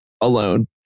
alone